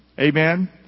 Amen